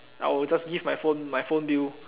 I will just give my phone my phone bill